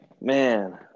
man